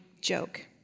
joke